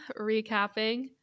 recapping